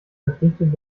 verpflichtet